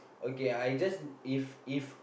okay I just if if